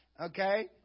Okay